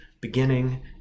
beginning